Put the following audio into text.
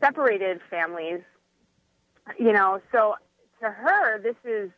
separated families you know so to her this is